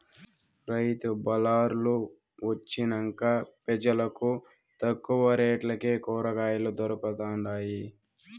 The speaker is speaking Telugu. రైతు బళార్లు వొచ్చినంక పెజలకు తక్కువ రేట్లకే కూరకాయలు దొరకతండాయి